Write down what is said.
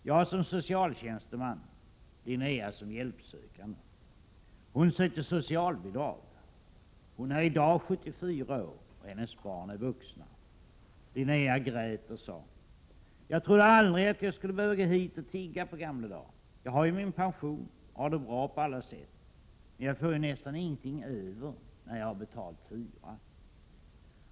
Jag som socialtjänsteman, Linnéa som hjälpsökande. Hon sökte socialbidrag. Hon är i dag 74 år och hennes barn är vuxna. Linnéa grät och sa: — Jag trodde aldrig att jag skulle behöva gå hit och tigga på gamla dar. Jag har ju min pension och har det bra på alla sätt, men jag får ju nästan ingenting över när jag har betalt hyran.